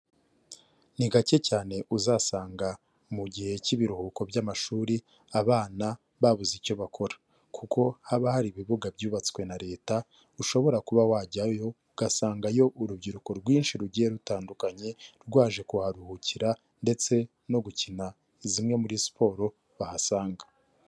Ni gake cyane uzasanga mu gihe cy'ibiruhuko by'amashuri abana babuze icyo bakora, kuko haba hari ibibuga byubatswe na Leta. Ushobora kuba wajyayo ugasangayo urubyiruko rwinshi rugiye rutandukanye, rwaje kuharuhukira ndetse no gukina zimwe muri siporo bahasanga.